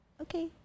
Okay